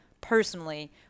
personally